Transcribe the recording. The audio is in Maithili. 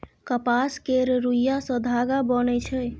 कपास केर रूइया सँ धागा बनइ छै